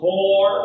Four